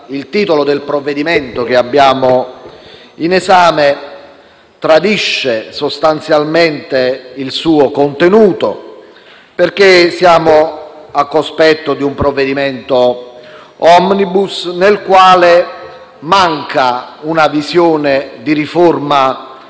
il titolo del provvedimento in esame tradisce sostanzialmente il suo contenuto, perché siamo al cospetto di un provvedimento *omnibus,* nel quale manca una visione di riforma